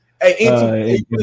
Hey